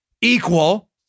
equal